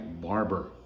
barber